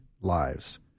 lives